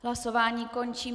Hlasování končím.